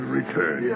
return